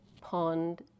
pond